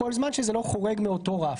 כל זמן שזה לא חורג מאותו רף.